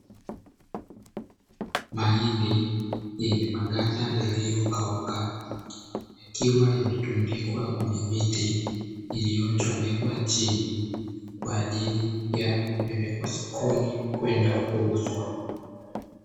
Mahindi yenye maganda yaliyokauka, yakiwa yametundikwa kwenye miti iliyochomekwa chini, kwa ajili ya kupelekwa sokoni kwenda kuuzwa.